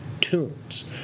Tunes